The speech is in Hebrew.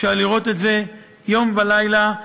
אפשר לראות את זה יום ולילה,